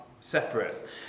separate